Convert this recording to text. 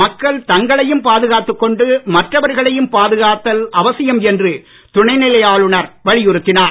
மக்கள் தங்களையும் பாதுகாத்துக் கொண்டு மற்றவர்களையும் பாதுகாத்தல் அவசியம் என்று துணைநிலை ஆளுநர் வலியுறுத்தினார்